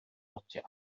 gotiau